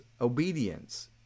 obedience